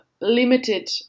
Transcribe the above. limited